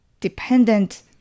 dependent